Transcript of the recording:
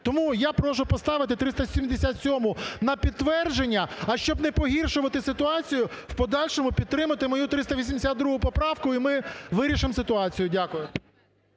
Тому я прошу поставити 377-у на підтвердження. А щоб не погіршувати ситуацію, в подальшому підтримати мою 382 поправку, і ми вирішимо ситуацію. Дякую.